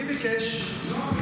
מי ביקש?